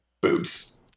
boobs